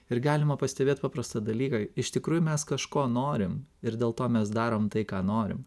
ir galima pastebėt paprastą dalyką iš tikrųjų mes kažko norim ir dėl to mes darom tai ką norim